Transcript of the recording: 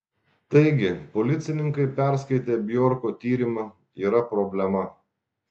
taigi policininkai perskaitę bjorko tyrimą yra problema